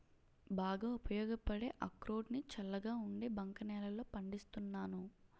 బాగా ఉపయోగపడే అక్రోడ్ ని చల్లగా ఉండే బంక నేలల్లో పండిస్తున్నాను